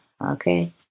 okay